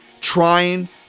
trying